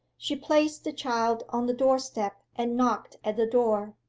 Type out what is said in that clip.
she placed the child on the doorstep and knocked at the door,